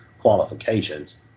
qualifications